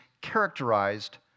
characterized